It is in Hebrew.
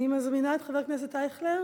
13 בעד,